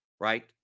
right